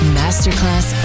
masterclass